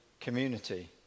community